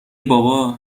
بابا